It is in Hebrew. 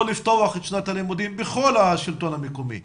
לפתוח את שנת הלימודים בכל השלטון המקומי,